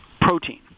protein